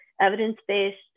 evidence-based